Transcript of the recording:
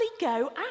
go